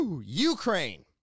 Ukraine